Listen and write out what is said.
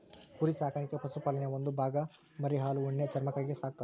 ಕುರಿ ಸಾಕಾಣಿಕೆ ಪಶುಪಾಲನೆಯ ಒಂದು ಭಾಗ ಮರಿ ಹಾಲು ಉಣ್ಣೆ ಚರ್ಮಕ್ಕಾಗಿ ಸಾಕ್ತರ